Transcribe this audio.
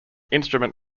instrument